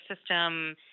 system